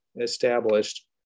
established